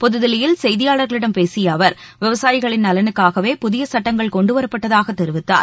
புதுதில்லியில் செய்தியாளர்களிடம் பேசிய அவர் விவசாயிகளின் நலனுக்காகவே புதிய சட்டங்கள் கொண்டுவரப்பட்டதாக தெரிவித்தார்